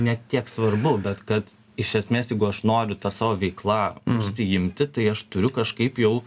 ne tiek svarbu bet kad iš esmės jeigu aš noriu ta savo veikla užsiimti tai aš turiu kažkaip jau